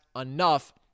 enough